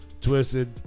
Twisted